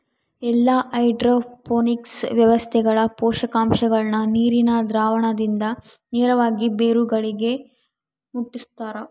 ಎಲ್ಲಾ ಹೈಡ್ರೋಪೋನಿಕ್ಸ್ ವ್ಯವಸ್ಥೆಗಳ ಪೋಷಕಾಂಶಗುಳ್ನ ನೀರಿನ ದ್ರಾವಣದಿಂದ ನೇರವಾಗಿ ಬೇರುಗಳಿಗೆ ಮುಟ್ಟುಸ್ತಾರ